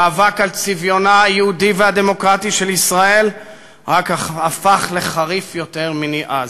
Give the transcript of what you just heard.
המאבק על צביונה היהודי והדמוקרטי של ישראל רק הפך לחריף יותר מני אז.